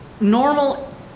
normal